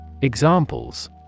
Examples